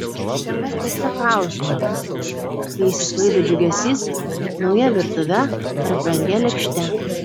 jos tiesiog kausto kai išsisklaido džiugesys nauja virtuve ar brangia lėkšte